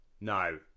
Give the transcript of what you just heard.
No